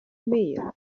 meal